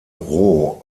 roh